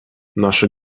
наше